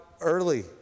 early